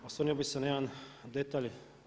Osvrnuo bih se na jedan detalj.